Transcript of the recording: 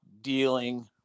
dealing